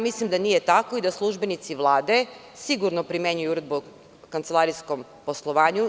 Mislim da nije tako i da službenici Vlade sigurno primenjuju Uredbu o kancelarijskom poslovanju.